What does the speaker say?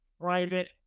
private